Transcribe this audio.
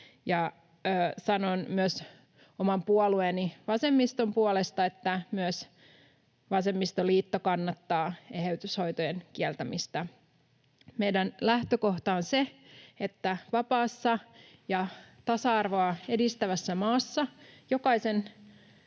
Sanon myös oman puolueeni, vasemmiston, puolesta, että myös vasemmistoliitto kannattaa eheytyshoitojen kieltämistä. Meidän lähtökohtamme on se, että vapaassa ja tasa-arvoa edistävässä maassa jokaisen oikeus